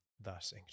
thus